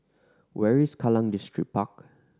where is Kallang Distripark